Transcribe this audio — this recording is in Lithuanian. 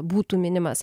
būtų minimas